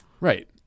Right